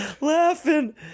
laughing